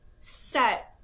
set